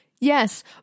Yes